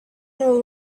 will